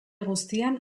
guztian